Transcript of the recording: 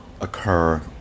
occur